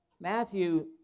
Matthew